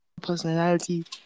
personality